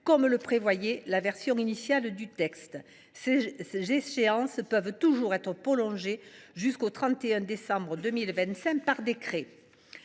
comme le prévoyait la version initiale du texte. Ces échéances pourront, le cas échéant, être prolongées jusqu’au 31 décembre 2025 par décret.